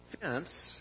fence